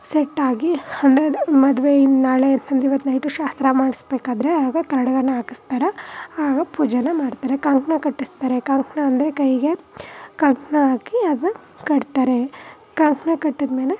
ಸೆಟ್ಟಾಗಿ ಅಂದ್ರೆ ಅದು ಮದುವೆ ಇಂದ ನಾಳೆ ಸಂಜೆ ಇವತ್ತು ನೈಟು ಶಾಸ್ತ್ರ ಮಾಡಿಸ್ಬೇಕಾದ್ರೆ ಆಗ ಖಡ್ಗನ ಹಾಕಿಸ್ತಾರೆ ಆಗ ಪೂಜೆನ ಮಾಡ್ತಾರೆ ಕಂಕಣ ಕಟ್ಟಿಸ್ತಾರೆ ಕಂಕಣ ಅಂದರೆ ಕೈಗೆ ಕಂಕಣ ಹಾಕಿ ಅದನ್ನ ಕಟ್ತಾರೆ ಕಂಕಣ ಕಟ್ಟಿದ್ಮೇಲೆ